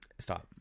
Stop